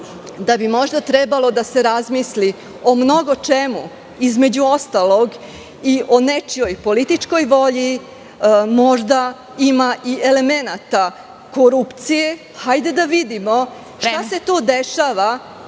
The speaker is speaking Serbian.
da bi možda trebalo da se razmisli o mnogo čemu, između ostalog i o nečijoj političkoj volji? Možda ima i elemenata korupcije. Hajde da vidimo šta se to dešava